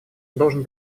должен